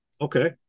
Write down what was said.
Okay